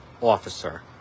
officer